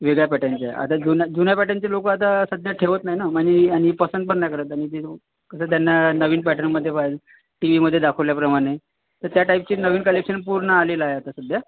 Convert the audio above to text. वेगळ्या पॅटर्नच्या आता जुन्या जुन्या पॅटर्नचे लोकं आता सध्या ठेवत नाही ना म्हणी आणि पसंद पण नाही करत आणि ते लोक कसं त्यांना नवीन पॅटर्नमध्ये पाहिजे टी व्हीमध्ये दाखवल्या प्रमाणे तर त्या टाईपचे नवीन कलेक्शन पूर्ण आलेलं आहे आता सध्या